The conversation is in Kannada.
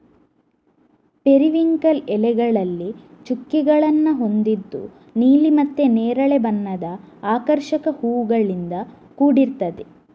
ಪೆರಿವಿಂಕಲ್ ಎಲೆಗಳಲ್ಲಿ ಚುಕ್ಕೆಗಳನ್ನ ಹೊಂದಿದ್ದು ನೀಲಿ ಮತ್ತೆ ನೇರಳೆ ಬಣ್ಣದ ಆಕರ್ಷಕ ಹೂವುಗಳಿಂದ ಕೂಡಿರ್ತದೆ